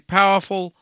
powerful